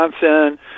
Johnson